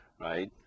right